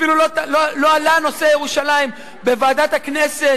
אפילו לא עלה נושא ירושלים בוועדת העבודה